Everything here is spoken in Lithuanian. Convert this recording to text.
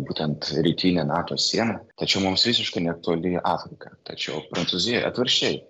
būtent rytinė nato siena tačiau mums visiškai netoli afrika tačiau prancūzijoj atvirkščiai